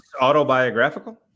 autobiographical